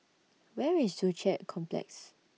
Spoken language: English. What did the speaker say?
Where IS Joo Chiat Complex